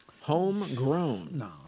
Homegrown